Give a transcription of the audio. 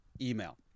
email